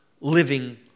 living